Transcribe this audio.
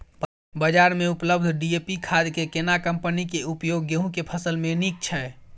बाजार में उपलब्ध डी.ए.पी खाद के केना कम्पनी के उपयोग गेहूं के फसल में नीक छैय?